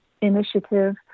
initiative